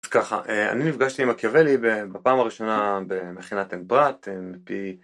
אז ככה, אני נפגשתי עם עקבלי בפעם הראשונה במכינת אין-בראט, אין-פי.